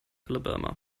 alabama